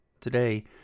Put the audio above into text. today